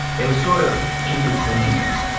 they were sort of in-betweeners.